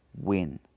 win